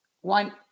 One